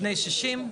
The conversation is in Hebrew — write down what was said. בני 60,